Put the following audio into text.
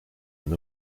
une